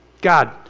God